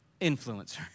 influencer